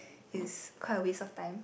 is quite a waste of time